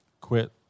quit